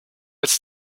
its